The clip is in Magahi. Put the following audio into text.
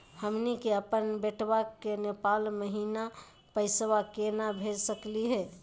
हमनी के अपन बेटवा क नेपाल महिना पैसवा केना भेज सकली हे?